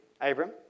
Abram